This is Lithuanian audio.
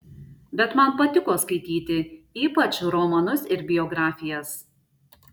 bet man patiko skaityti ypač romanus ir biografijas